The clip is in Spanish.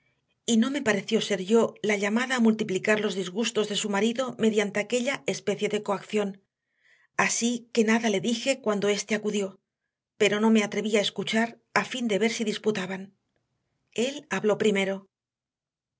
arrebatos y no me pareció ser yo la llamada a multiplicar los disgustos de su marido mediante aquella especie de coacción así que nada le dije cuando éste acudió pero no me atreví a escuchar a fin de ver si disputaban él habló primero